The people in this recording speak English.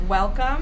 welcome